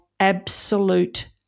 Absolute